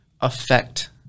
Affect